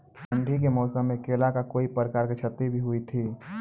ठंडी के मौसम मे केला का कोई प्रकार के क्षति भी हुई थी?